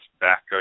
back